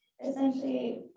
Essentially